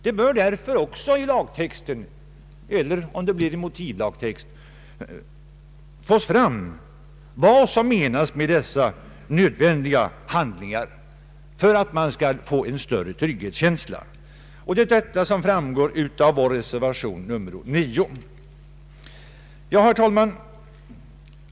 Det bör därför i lagtexten eller i motiven till lagtexten fastställas vad som menas med dessa nödvändiga handlingar, för att det skall bli en större trygghetskänsla. Detta framgår av vår reservation nr 9. Herr talman!